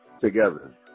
together